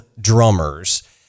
drummers